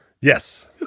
Yes